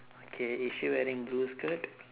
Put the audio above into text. okay is she wearing blue skirt